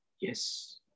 Yes